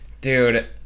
Dude